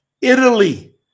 Italy